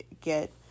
get